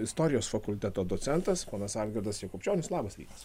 istorijos fakulteto docentas ponas algirdas jakubčionis labas rytas